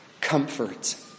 comfort